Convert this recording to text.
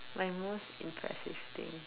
my most impressive thing